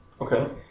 Okay